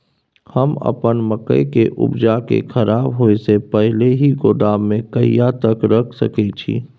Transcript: हम अपन मकई के उपजा के खराब होय से पहिले ही गोदाम में कहिया तक रख सके छी?